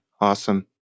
Awesome